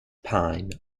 pine